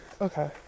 Okay